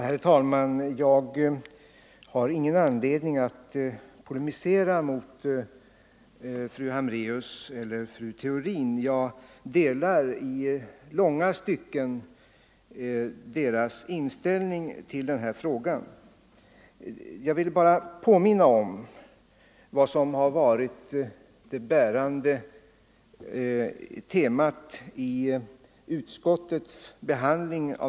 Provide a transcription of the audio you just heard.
Herr talman! Jag har ingen anledning att polemisera mot fru Hambraeus eller fru Theorin. Jag delar i långa stycken deras inställning i den här frågan. Jag vill bara påminna om vad som har varit det bärande temat i utskottets behandling.